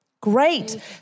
great